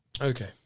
okay